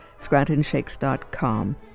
ScrantonShakes.com